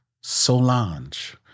Solange